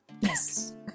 Yes